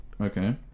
Okay